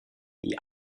die